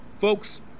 Folks